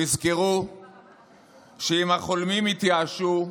תזכרו שאם החולמים יתייאשו,